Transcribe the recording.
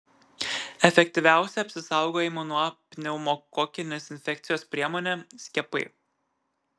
efektyviausia apsisaugojimo nuo pneumokokinės infekcijos priemonė skiepai